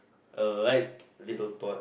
a ripe little twat